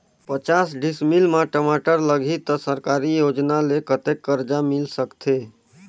पचास डिसमिल मा टमाटर लगही त सरकारी योजना ले कतेक कर्जा मिल सकथे?